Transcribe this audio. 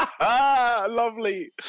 Lovely